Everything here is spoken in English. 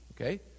Okay